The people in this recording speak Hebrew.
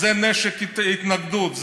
זה נשק התנגדות,